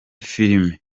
filime